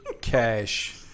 Cash